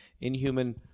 inhuman